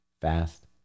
fast